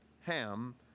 Ham